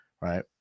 right